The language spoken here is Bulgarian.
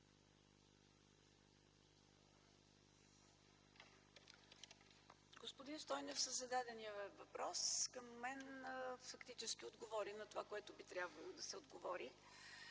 Господин Стойнев със зададения въпрос към мен фактически отговори на това, на което би трябвало да се отговори.